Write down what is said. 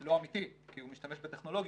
לא אמיתי, כי הוא משתמש בטכנולוגיות,